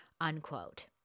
unquote